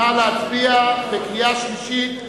הוראת שעה) (תיקון מס' 2). נא להצביע בקריאה שלישית.